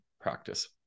practice